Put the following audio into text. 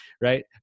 right